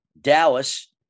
Dallas